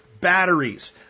Batteries